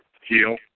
heal